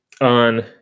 on